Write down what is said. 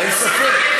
אין ספק.